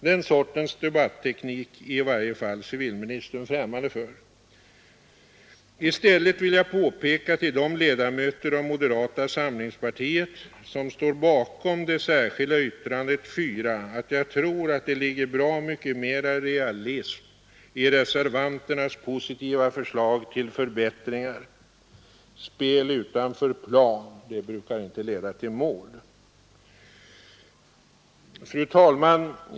Den sortens debatteknik är i varje fall civilministern främmande för. I stället vill jag påpeka för de ledamöter av moderata samlingspartiet som står bakom det särskilda yttrandet 4 att jag tror att det ligger bra mycket mera realism i reservanternas positiva förslag till förbättringar. Spel utanför planen brukar inte leda till mål. Fru talman!